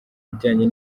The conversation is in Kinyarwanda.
bijyanye